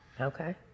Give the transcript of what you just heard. Okay